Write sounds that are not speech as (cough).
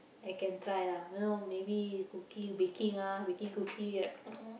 I can try lah you know maybe cookie baking ah baking cookie (noise)